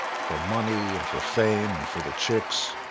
for money, and for fame and for the chicks.